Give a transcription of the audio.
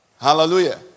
Hallelujah